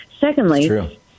Secondly